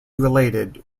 related